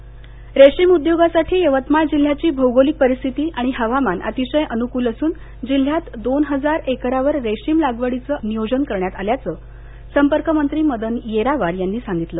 यवतमाळ रेशीम उद्योगासाठी यवतमाळ जिल्ह्याची भौगोलिक परिस्थिती आणि हवामान अतिशय अनुकूल असून जिल्ह्यात दोन हजार एकरावर रेशीम लागवडीचं नियोजन करण्यात आल्याचं संपर्क मंत्री मदन येरावार यांनी सांगितलं